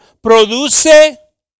produce